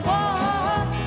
one